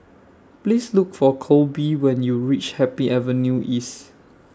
Please Look For Kolby when YOU REACH Happy Avenue East